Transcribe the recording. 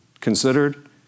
considered